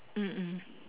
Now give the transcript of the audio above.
mm mm